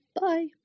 Bye